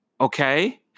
Okay